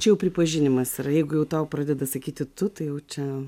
čia pripažinimas yra jeigu tau pradeda sakyti tu tai jau čia